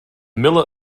miller